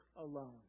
alone